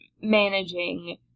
managing